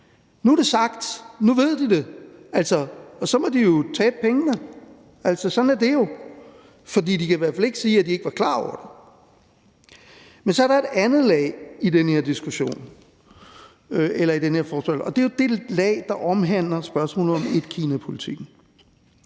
Nu er det sagt. Nu ved de det, og altså, så må de jo tabe pengene. Sådan er det jo. For de kan i hvert fald ikke sige, at de ikke var klar over det. Så er der et andet lag i den her diskussion, den her forespørgsel, og det er jo det lag, der omhandler spørgsmålet om etkinapolitikken.